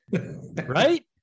Right